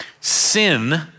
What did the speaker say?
Sin